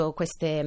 queste